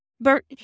Bert